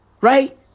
Right